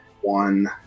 one